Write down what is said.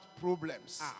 problems